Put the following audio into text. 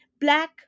black